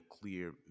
clear